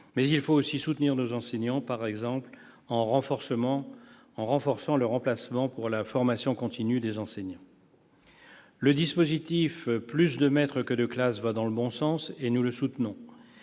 Il faut aussi soutenir nos enseignants, par exemple en renforçant le remplacement pour formation continue des maîtres. Le dispositif « Plus de maîtres que de classes » va dans le bon sens, et nous le soutenons.